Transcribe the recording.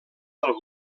del